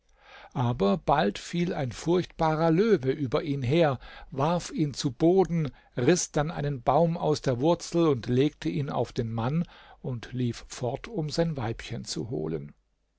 aber bald fiel ein furchtbarer löwe über ihn her warf ihn zu boden riß dann einen baum aus der wurzel und legte ihn auf den mann und lief fort um sein weibchen zu holen